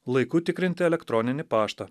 laiku tikrinti elektroninį paštą